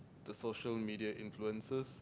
the social media influences